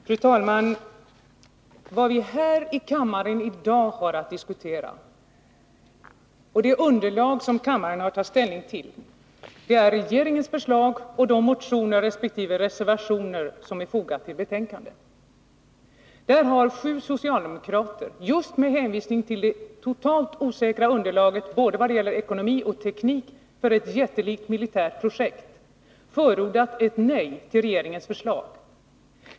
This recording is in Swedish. Fru talman! Vad vi här i kammaren i dag har att diskutera — och det underlag som regeringen har att ta ställning till — är regeringens förslag, de motioner som väckts resp. de reservationer som är fogade till betänkandet. Där har sju socialdemokrater, just med hänsyn till det totalt osäkra underlaget vad gäller ekonomi och teknik för ett jättelikt militärt projekt, förordat ett nej till regeringens förslag.